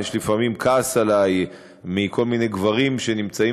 יש לפעמים כעס עלי של כל מיני גברים שנמצאים